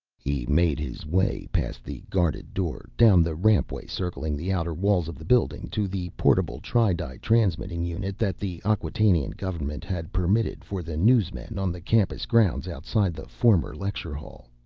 he made his way past the guarded door, down the rampway circling the outer walls of the building, to the portable tri-di transmitting unit that the acquatainian government had permitted for the newsmen on the campus grounds outside the former lecture hall.